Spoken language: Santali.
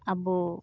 ᱟᱵᱚ